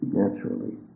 naturally